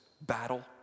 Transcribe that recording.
battle